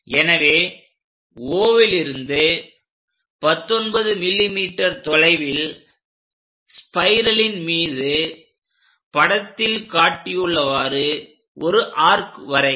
எனவே O லிருந்து 19 mm தொலைவில் ஸ்பைரலின் மீது படத்தில் காட்டியுள்ளவாறு ஒரு ஆர்க் வரைக